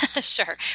Sure